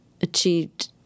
achieved